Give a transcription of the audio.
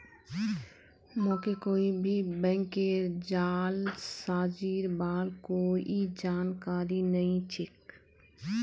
मोके कोई भी बैंकेर जालसाजीर बार कोई जानकारी नइ छेक